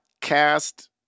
cast